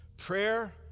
Prayer